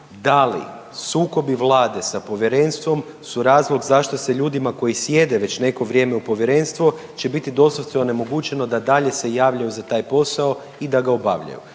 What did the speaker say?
da li sukobi vlade sa povjerenstvom su razlog zašto se ljudima koji sjede već neko vrijeme u povjerenstvu će biti doslovce onemogućeno da dalje se javljaju za taj posao i da ga obavljaju